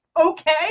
okay